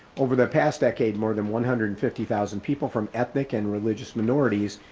over the past decade, more than one hundred and fifty thousand people from ethnic and religious minorities,